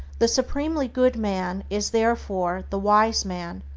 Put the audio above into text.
the supremely good man is, therefore, the wise man,